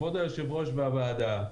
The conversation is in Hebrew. כבוד היושב-ראש והוועדה,